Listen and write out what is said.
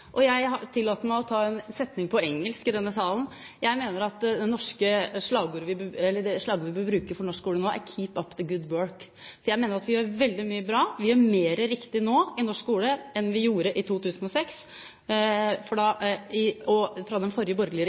Og jeg tillater meg å ta en setning på engelsk i denne salen, for jeg mener at det slagordet vi bør bruke for norsk skole nå, er: Keep up the good work! Jeg mener vi gjør veldig mye bra. Vi gjør mer riktig nå i norsk skole enn vi gjorde i 2006. Den forrige borgerlige